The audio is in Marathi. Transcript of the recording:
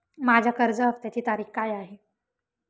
माझ्या कर्ज हफ्त्याची तारीख काय आहे?